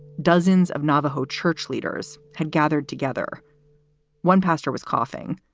dozens of navajo church leaders had gathered together one pastor was coughing.